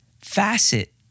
facet